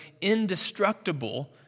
indestructible